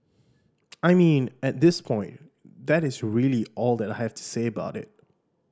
I mean at this point that is really all that I have to say about it